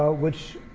ah which